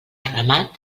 remat